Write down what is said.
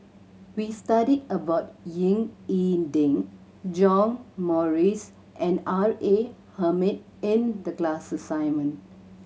we studied about Ying E Ding John Morrice and R A Hamid in the class assignment